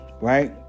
right